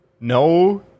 No